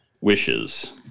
Wishes